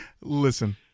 listen